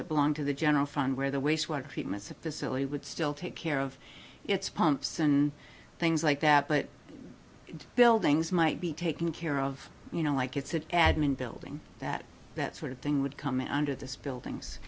that belong to the general fund where the waste water treatment facility would still take care of its pumps and things like that but buildings might be taken care of you know like it's an admin building that that sort of thing would come in under this buildings